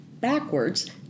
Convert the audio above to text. backwards